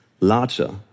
larger